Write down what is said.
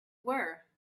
were